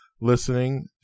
listening